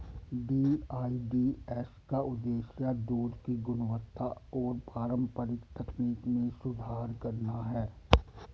DEDS का उद्देश्य दूध की गुणवत्ता और पारंपरिक तकनीक में सुधार करना है